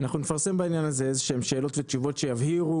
אנחנו נפרסם בעניין הזה איזשהם שאלות ותשובות שיבהירו,